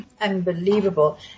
Unbelievable